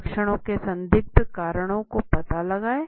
लक्षणों के संदिग्ध कारणों का पता लगाएं